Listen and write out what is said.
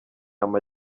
ama